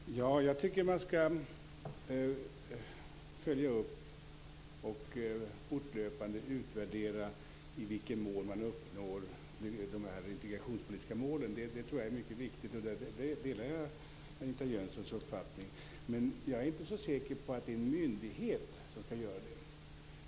Fru talman! Jag tycker att man skall följa upp och fortlöpande utvärdera i vilken mån de integrationspolitiska målen uppnås. Det är mycket viktigt. Där delar jag Anita Jönssons uppfattning. Men jag är inte så säker på att det är en myndighet som skall göra det.